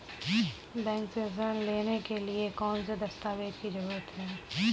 Bank से ऋण लेने के लिए कौन से दस्तावेज की जरूरत है?